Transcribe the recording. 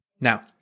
Now